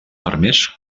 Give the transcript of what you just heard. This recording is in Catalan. permès